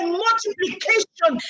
multiplication